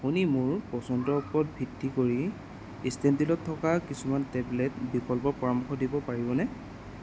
আপুনি মোৰ পচন্দৰ ওপৰত ভিত্তি কৰি ষ্টেনডীলত থকা কিছুমান টেবলেট বিকল্পৰ পৰামৰ্শ দিব পাৰিবনে